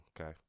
okay